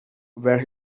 where